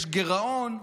יש גירעון,